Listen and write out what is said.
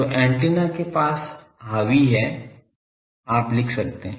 तो एंटीना के पास हावी है आप लिख सकते हैं